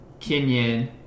Kenyan